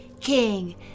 king